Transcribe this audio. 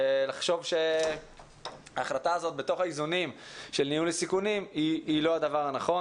לחשוב שההחלטה הזו בתוך האיזונים של ניהול סיכונים היא לא הדבר הנכון.